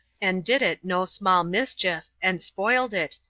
and did it no small mischief, and spoiled it,